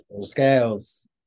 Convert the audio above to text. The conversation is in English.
scales